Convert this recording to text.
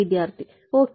വിദ്യാർത്ഥി ഓകെ